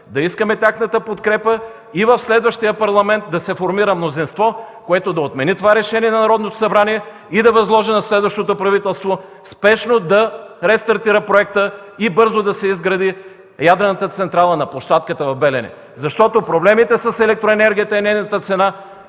да искаме тяхната подкрепа и в следващия парламент да се формира мнозинство, което да отмени това решение на Народното събрание, да възложи на следващото правителство спешно да рестартира проекта и бързо да се изгради ядрената централа на площадката в „Белене”. (Шум и реплики.) Защото проблемите с електроенергията и нейната цена